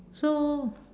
so